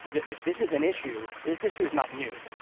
the this is an issue, this issue is not new.